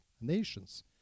Nations